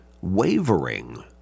wavering